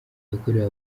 yakorewe